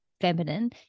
feminine